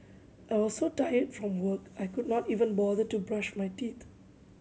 I was so tired from work I could not even bother to brush my teeth